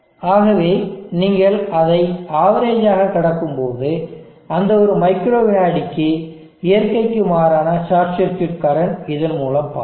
ஆகவே நீங்கள் அதை அவரேஜ் ஆக கடக்கும்போது அந்த ஒரு மைக்ரோ விநாடிக்கு இயற்கைக்கு மாறான ஷார்ட் சர்க்யூட் கரண்ட் இதன் மூலம் பாயும்